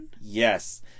Yes